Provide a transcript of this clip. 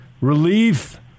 Relief